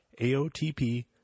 AOTP